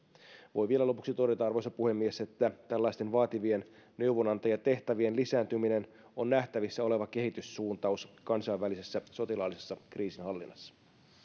voin vielä lopuksi todeta arvoisa puhemies että tällaisten vaativien neuvonantajatehtävien lisääntyminen on nähtävissä oleva kehityssuuntaus kansainvälisessä sotilaallisessa kriisinhallinnassa